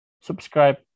Subscribe